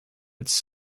its